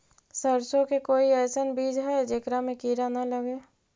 सरसों के कोई एइसन बिज है जेकरा में किड़ा न लगे?